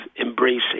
embracing